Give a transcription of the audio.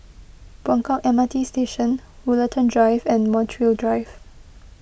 Buangkok M R T Station Woollerton Drive and Montreal Drive